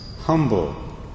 humble